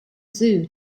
zoo